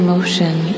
emotion